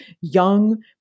young